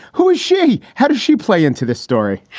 who is she? how did she play into this story?